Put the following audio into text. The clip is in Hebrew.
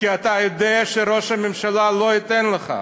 כי אתה יודע שראש הממשלה לא ייתן לך.